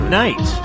night